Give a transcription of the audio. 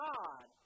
God